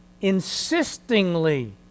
insistingly